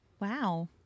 Wow